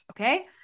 okay